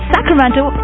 Sacramento